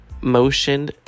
motion